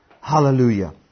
Hallelujah